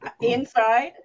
Inside